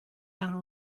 lange